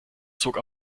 zog